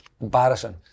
Embarrassing